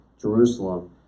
Jerusalem